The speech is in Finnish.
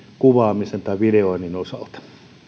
kuvaamisen tai videoinnin osalta